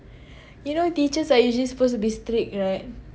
you know teachers are usually supposed to be strict right